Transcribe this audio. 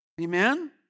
Amen